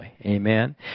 Amen